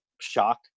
shock